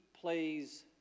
plays